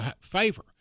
favor